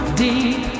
deep